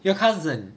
your cousin